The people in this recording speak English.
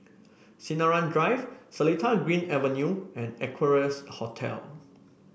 Sinaran Drive Seletar Green Avenue and Equarius Hotel